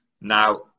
Now